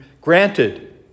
granted